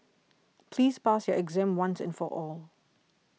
please pass your exam once and for all